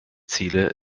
ziele